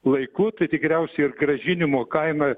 laiku tai tikriausiai ir grąžinimo kaina